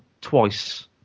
twice